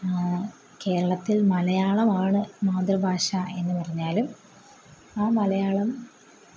കേരളത്തിൽ മലയാളമാണ് മാതൃഭാഷ എന്ന് പറഞ്ഞാലും ആ മലയാളം